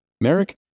Merrick